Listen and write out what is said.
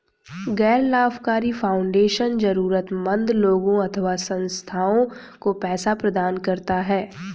गैर लाभकारी फाउंडेशन जरूरतमन्द लोगों अथवा संस्थाओं को पैसे प्रदान करता है